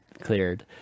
cleared